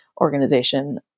organization